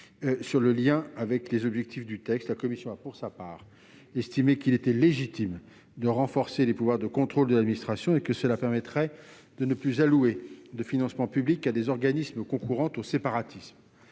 et les objectifs visés par le texte. La commission a, pour sa part, estimé qu'il était légitime de renforcer les pouvoirs de contrôle de l'administration et que cela permettrait de ne plus allouer de financements publics à des organismes concourant au séparatisme.